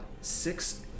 Six